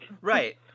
right